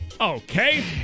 Okay